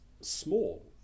small